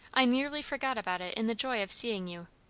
i nearly forgot about it in the joy of seeing you.